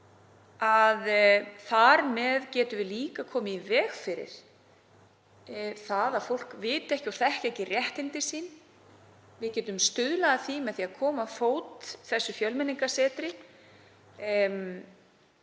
þar með getum við líka komið í veg fyrir að fólk þekki ekki réttindi sín. Við getum stuðlað að því með því að koma á fót þessu Fjölmenningarsetri.